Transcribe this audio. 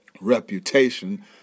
reputation